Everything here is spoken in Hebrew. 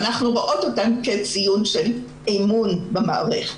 ואנחנו רואות אותן כהבעת אמון במערכת.